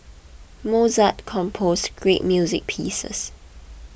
Mozart composed great music pieces